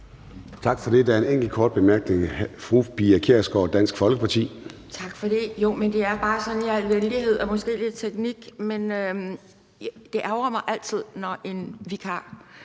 Tak for det. Der er en enkelt kort bemærkning. Fru Pia Kjærsgaard, Dansk Folkeparti. Kl. 10:05 Pia Kjærsgaard (DF): Tak for det. Det er bare sådan i al venlighed og måske lidt teknisk, men det ærgrer mig altid, når en vikar